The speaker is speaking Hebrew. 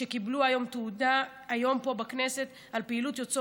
שקיבלו היום תעודה בכנסת על פעילות יוצאת